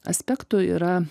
aspektų yra